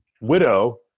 widow